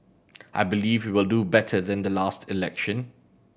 I believe we will do better than the last election